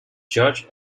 judge